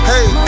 Hey